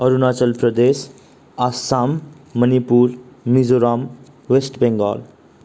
Arunachal Pradesh Assam Manipur Mizoram West Bengal